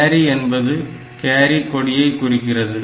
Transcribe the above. carry என்பது கேரி கொடியை குறிக்கிறது